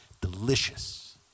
delicious